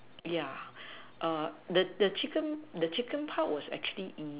yeah err the the chicken the chicken part was actually easy